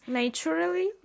naturally